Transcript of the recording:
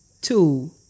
two